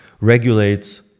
regulates